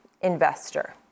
investor